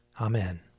Amen